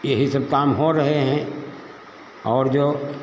यही सब काम हो रहे हैं और जो